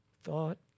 Thought